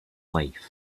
life